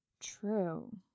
True